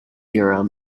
urim